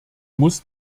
muss